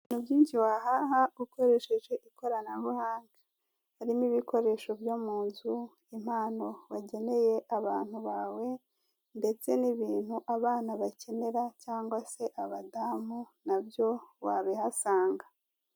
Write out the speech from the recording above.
Hari ibintu byinshi wahaha ukoresheje ikoranabuhanga, harimo ibikoresho byo mu nzu, impano wageneye abantu bawe ndetse n'ibintu abana bakenera cyangwa se abadamu nabyo wabihasanga.